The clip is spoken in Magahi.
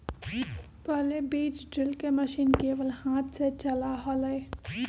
पहले बीज ड्रिल के मशीन केवल हाथ से चला हलय